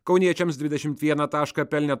kauniečiams dvidešim vieną tašką pelnė